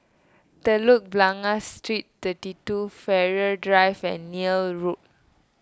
Telok Blangah Street thirty two Farrer Drive and Neil Road